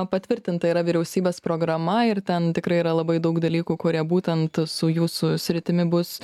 patvirtinta yra vyriausybės programa ir ten tikrai yra labai daug dalykų kurie būtent su jūsų sritimi bus